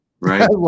Right